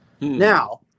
Now